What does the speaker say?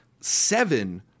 seven